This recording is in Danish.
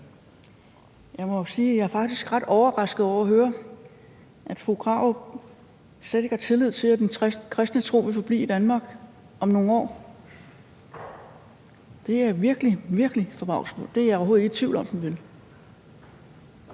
er ret overrasket over at høre, at fru Krarup slet ikke har tillid til, at den kristne tro vil forblive i Danmark om nogle år. Det er jeg virkelig, virkelig forbavset over. Det er jeg overhovedet ikke i tvivl om